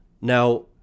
Now